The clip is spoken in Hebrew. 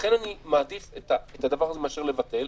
לכן אני מעדיף את הדבר הזה מאשר לבטל.